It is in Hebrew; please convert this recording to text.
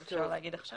אז אפשר להגיד עכשיו.